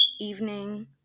evening